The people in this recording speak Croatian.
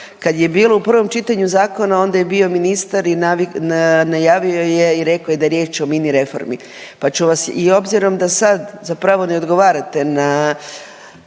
Kad je bilo u prvom čitanju zakona, onda je bio ministar i najavio je i rekao je da je riječ o mini reformi, pa ću vas i obzirom da sad zapravo ne odgovarate na